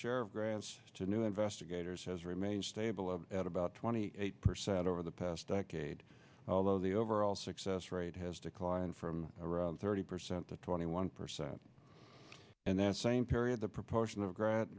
share of grants to new investigators has remained stable of at about twenty eight percent over the past decade although the overall success rate has declined from around thirty percent to twenty one percent and that same period the proportion of gra